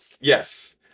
yes